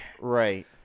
Right